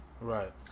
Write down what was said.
Right